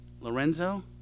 Lorenzo